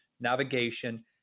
navigation